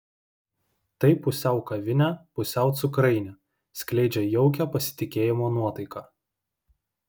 tai pusiau kavinė pusiau cukrainė skleidžia jaukią pasitikėjimo nuotaiką